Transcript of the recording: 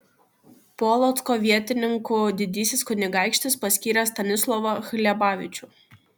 polocko vietininku didysis kunigaikštis paskyrė stanislovą hlebavičių